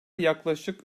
yaklaşık